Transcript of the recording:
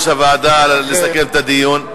תנו ליושב-ראש הוועדה לסכם את הדיון.